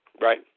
right